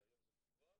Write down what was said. כי היום זה מוחרג,